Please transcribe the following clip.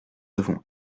devons